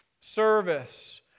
service